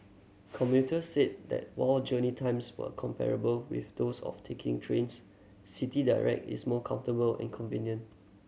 commuters said that while journey times were comparable with those of taking trains City Direct is more comfortable and convenient